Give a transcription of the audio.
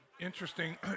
Interesting